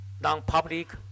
non-public